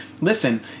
listen